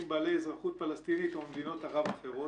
בעלי אזרחות פלסטינית או מדינת ערב אחרות.